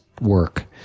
work